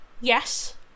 yes